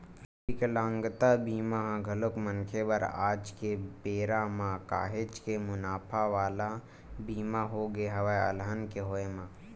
बिकलांगता बीमा ह घलोक मनखे बर आज के बेरा म काहेच के मुनाफा वाला बीमा होगे हवय अलहन के होय म